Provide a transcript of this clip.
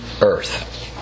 Earth